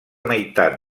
meitat